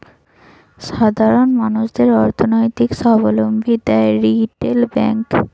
সাধারণ মানুষদের অর্থনৈতিক সাবলম্বী দ্যায় রিটেল ব্যাংক